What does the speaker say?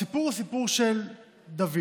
הסיפור הוא סיפור של דוד,